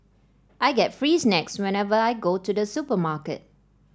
I get free snacks whenever I go to the supermarket